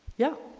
yeah